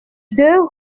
deux